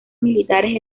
militares